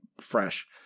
fresh